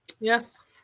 Yes